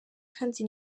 kandi